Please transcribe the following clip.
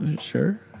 Sure